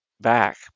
back